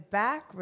back